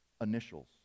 initials